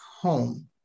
home